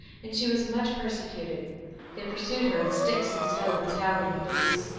and she was much perse cuted they pursued her with sticks and stones, howl ing abuse.